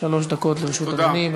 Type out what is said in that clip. שלוש דקות לרשות אדוני.